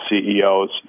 CEOs